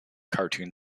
cartoon